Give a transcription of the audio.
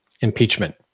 impeachment